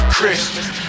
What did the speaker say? Christian